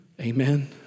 Amen